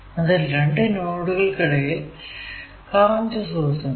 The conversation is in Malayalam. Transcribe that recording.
ഇതിൽ രണ്ടു നോഡുകൾക്കിടയിൽ കറന്റ് സോഴ്സ് ഉണ്ട്